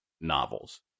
novels